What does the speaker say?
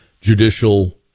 judicial